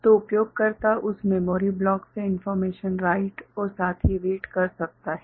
तो उपयोगकर्ता उस मेमोरी ब्लॉक से इन्फ़ोर्मेशन राइट और साथ ही रीड कर सकता है